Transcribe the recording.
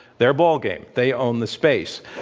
their ballgame they own the space.